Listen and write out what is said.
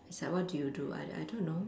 is like what do you do I I don't know